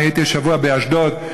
אני הייתי השבוע באשדוד,